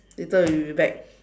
later we will be back